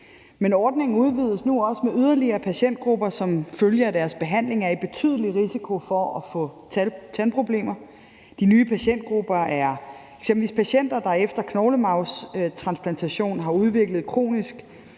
ordningen udvides nu med yderligere patientgrupper, der som følge af deres behandling er i betydelig risiko for at få tandproblemer. De nye patientgrupper er eksempelvis patienter, der efter en knoglemarvstransplantation har udviklet kronisk